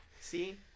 See